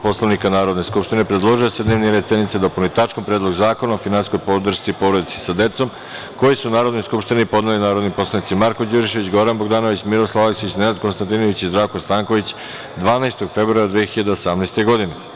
Poslovnika Narodne skupštine predložio je da se dnevni red sednice dopuni tačkom – Predlog zakona o finansijskoj podršci porodici sa decom, koji su Narodnoj skupštini podneli narodni poslanici Marko Đurišić, Goran Bogdanović, Miroslav Aleksić, Nenad Konstantinović i Zdravko Stanković, 12. februara 2018. godine.